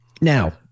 Now